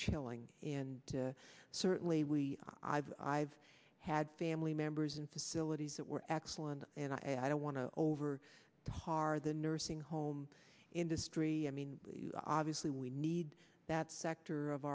chilling in to certainly we i've i've had family members in facilities that were excellent and i don't want to over par the nursing home industry i mean obviously we need that sector of